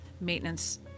maintenance